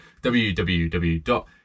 www